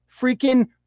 freaking